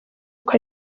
uko